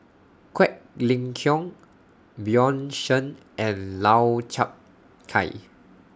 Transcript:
Quek Ling Kiong Bjorn Shen and Lau Chiap Khai